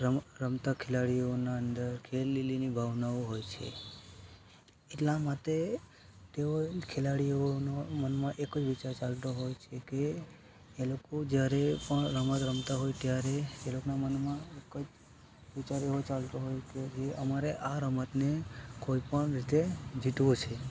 રમ રમતા ખેલાડીઓના અંદર ખેલ દીલીઓની ભાવના હોય છે એટલા માતે તેઓ ખેલાડીઓનો મનમાં એક જ વિચાર ચાલતો હોય છે કે એ લોકો જ્યારે પણ રમત રમતા હોય ત્યારે એ લોકોના મનમાં એક જ વિચાર એવો ચાલતો હોય કે જે અમારે આ રમતને કોઈ પણ રીતે જીતવું છે